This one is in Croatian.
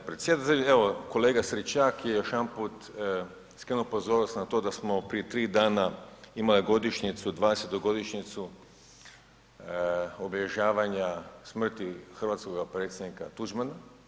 G. predsjedatelju, evo kolega Stričak je još jedanput skrenuo pozornost na to da smo prije 3 dana imali godišnjicu, 20. godišnjicu obilježavanja smrti hrvatskoga predsjednika Tuđmana.